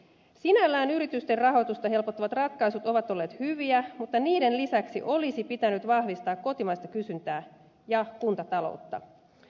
sinällään yritysten rahoitusta helpottavat ratkaisut ovat olleet hyviä mutta niiden lisäksi olisi pitänyt vahvistaa kotimaista kysyntää ja kuntataloutta